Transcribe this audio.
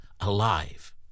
alive